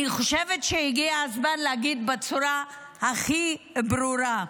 אני חושבת שהגיע הזמן להגיד בצורה הכי ברורה: